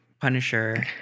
Punisher